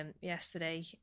yesterday